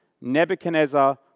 Nebuchadnezzar